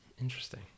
Interesting